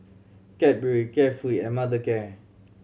Cadbury Carefree and Mothercare